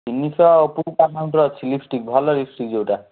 ତିନିଶହ ଉପରକୁ ଆମାଉଣ୍ଟ୍ର ଅଛି ଲିପଷ୍ଟିକ୍ ଭଲ ଲିପଷ୍ଟିକ୍ ଯେଉଁଟା